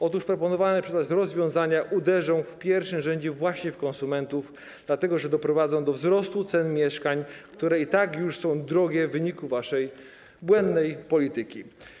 Otóż proponowane przez nas rozwiązania uderzą w pierwszym rzędzie właśnie w konsumentów, dlatego że doprowadzą do wzrostu cen mieszkań, które i tak już są drogie w wyniku waszej błędnej polityki.